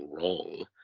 wrong